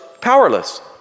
powerless